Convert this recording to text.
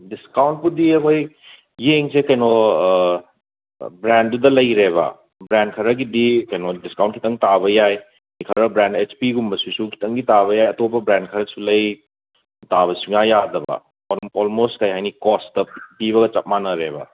ꯗꯤꯁꯀꯥꯎꯟꯄꯨꯗꯤ ꯑꯈꯣꯏ ꯌꯦꯡꯁꯦ ꯀꯩꯅꯣ ꯕ꯭ꯔꯦꯟꯗꯨꯗ ꯂꯩꯔꯦꯕ ꯕ꯭ꯔꯦꯟ ꯈꯔꯒꯤꯗꯤ ꯀꯩꯅꯣ ꯗꯤꯁꯀꯥꯎꯟ ꯈꯤꯇꯪ ꯇꯥꯕꯥ ꯌꯥꯏ ꯈꯔ ꯕ꯭ꯔꯥꯟ ꯑꯩꯆ ꯄꯤꯒꯨꯝꯕꯁꯤꯁꯨ ꯈꯤꯇꯪꯗꯤ ꯇꯥꯕ ꯌꯥꯏ ꯑꯇꯣꯞꯄ ꯕ꯭ꯔꯦꯟ ꯈꯔꯁꯨ ꯂꯩ ꯇꯥꯕ ꯁꯨꯡꯌꯥ ꯌꯥꯗꯕ ꯑꯣꯜꯃꯣꯁ ꯀꯩꯍꯥꯏꯅꯤ ꯀꯣꯁꯇ ꯄꯤꯕꯒ ꯆꯞ ꯃꯥꯅꯔꯦꯕ